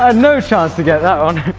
ah no chance to get that on!